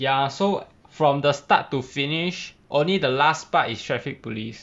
ya so from the start to finish only the last part is traffic police